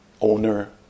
owner